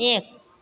एक